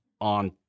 on